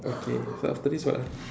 okay so after this what ah